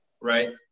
right